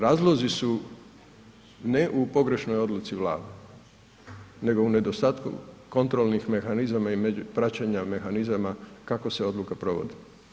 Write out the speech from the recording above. Razlozi su ne u pogrešnoj odluci Vlade nego u nedostatku kontrolnih mehanizama i praćenje mehanizama kako se odluka provodi.